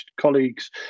colleagues